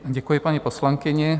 Děkuji paní poslankyni.